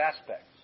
aspects